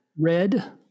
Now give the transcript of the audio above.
Red